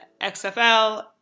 XFL